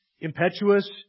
impetuous